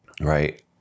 Right